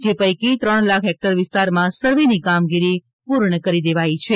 જે પૈકી ત્રણ લાખ હેક્ટર વિસ્તારમાં સર્વેની કામગીરી પૂર્ણ કરી દેવાઈ છે